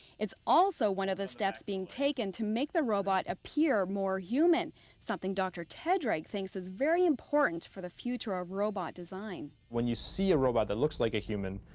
it's also one of the steps being taken to make the robot appear more human something dr. tedrake thinks is very important for the future of robot design. when you see a robot that looks like a human,